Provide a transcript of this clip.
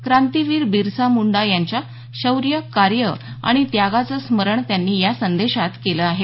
क्रांतिवीर बिरसा मुंडा यांच्या शौर्य कार्य आणि त्यागाचं स्मरण त्यांनी या संदेशात केलं आहे